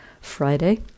Friday